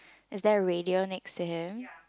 is there a radio next to him